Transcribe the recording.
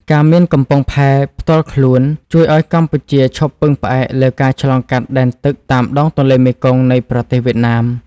ការមានកំពង់ផែផ្ទាល់ខ្លួនជួយឱ្យកម្ពុជាឈប់ពឹងផ្អែកលើការឆ្លងកាត់ដែនទឹកតាមដងទន្លេមេគង្គនៃប្រទេសវៀតណាម។